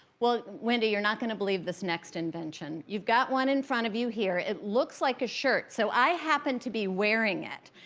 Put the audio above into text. well, wendy, you're not gonna believe this next invention. you've got one in front of you here. it looks like a shirt. so i happen to be wearing it.